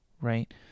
right